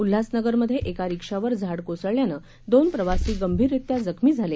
उल्हासनगरमध्ये एका रिक्षावर झाड कोसळल्यानं दोन प्रवासी गंभीररीत्या जखमी झाले